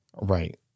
Right